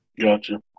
Gotcha